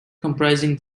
comprising